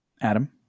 Adam